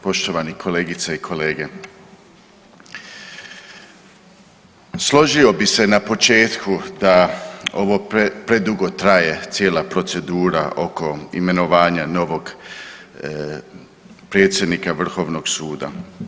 Poštovani kolegice i kolege, složio bi se na početku da ovo predugo traje cijela procedura oko imenovanja novog predsjednika Vrhovnog suda.